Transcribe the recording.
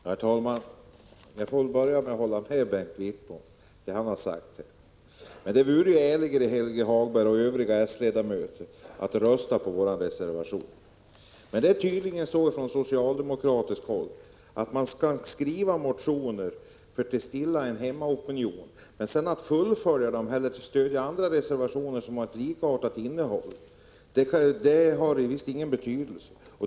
Herr talman! Jag vill börja med att hålla med Bengt Wittbom i det han sade. Det hade varit ärligare, Helge Hagberg och övriga s-ledamöter, att rösta på vår reservation. Det är tydligen så bland socialdemokraterna att man skriver motioner för att stilla hemmaopinionen, men man vill inte stödja reservationer som har ett likartat innehåll. Det är beklagansvärt.